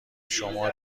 شما